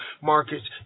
markets